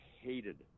hated